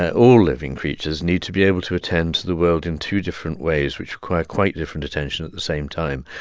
ah all living creatures need to be able to attend to the world in two different ways, which require quite different attention at the same time.